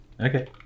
Okay